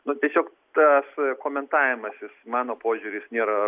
nu tiesiog tas komentavimas jis mano požiūriu jis nėra